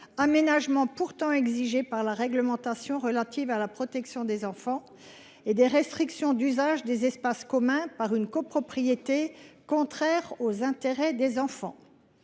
aménagements pourtant exigés par la réglementation relative à la protection des enfants, et des restrictions d’usage des espaces communs par une copropriété, contraires aux intérêts des enfants.